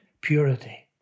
purity